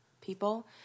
people